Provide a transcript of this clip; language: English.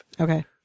Okay